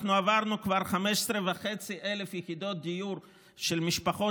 אנחנו עברנו כבר 15,500 יחידות דיור למשפחות